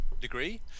degree